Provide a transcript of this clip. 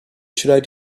should